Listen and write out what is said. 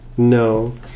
No